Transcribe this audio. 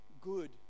good